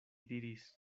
diris